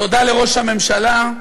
תודה לראש הממשלה,